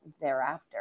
thereafter